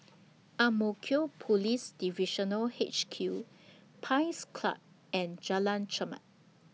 Ang Mo Kio Police Divisional H Q Pines Club and Jalan Chermat